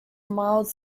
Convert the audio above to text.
mild